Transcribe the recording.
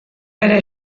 bere